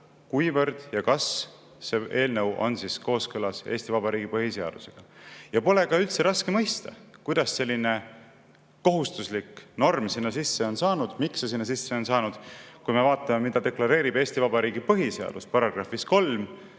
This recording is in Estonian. kuivõrd ja kas [üldse] see eelnõu on kooskõlas Eesti Vabariigi põhiseadusega. Ja pole ka üldse raske mõista, kuidas selline kohustuslik norm sinna sisse on saanud ja miks see sinna sisse on saanud, sest kui me vaatame, mida deklareerib Eesti Vabariigi põhiseaduse § 3,